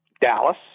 Dallas